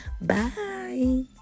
Bye